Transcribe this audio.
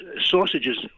Sausages